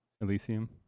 elysium